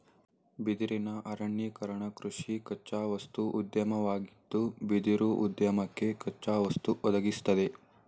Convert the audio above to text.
ಬಿದಿರಿನ ಅರಣ್ಯೀಕರಣಕೃಷಿ ಕಚ್ಚಾವಸ್ತು ಉದ್ಯಮವಾಗಿದ್ದು ಬಿದಿರುಉದ್ಯಮಕ್ಕೆ ಕಚ್ಚಾವಸ್ತು ಒದಗಿಸ್ತದೆ